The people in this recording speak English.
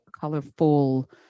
Colorful